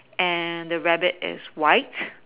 and the rabbit is white